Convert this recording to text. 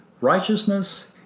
Righteousness